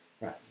right